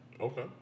Okay